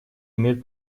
имеет